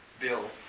bill